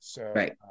Right